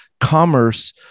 Commerce